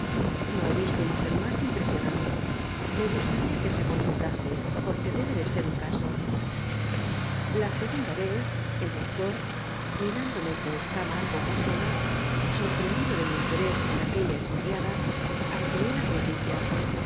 no he visto mujer más impresionable me gustaría que se consultase porque debe de ser un caso la segunda vez el doctor mirándome con escama algo guasona sorprendido de mi interés por aquella esmirriada amplió las noticias